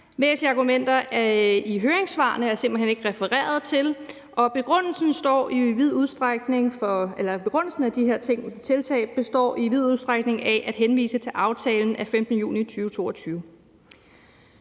argumenter i høringssvarene er der simpelt hen ikke refereret til, og begrundelsen for de her tiltag består i vid udstrækning af at henvise til aftalen af 15. juni 2022.